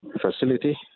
facility